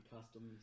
customs